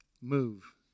move